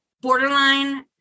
borderline